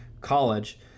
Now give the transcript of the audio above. college